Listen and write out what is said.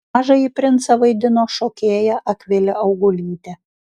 mažąjį princą vaidino šokėja akvilė augulytė